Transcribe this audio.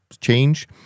change